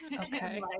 Okay